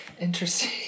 Interesting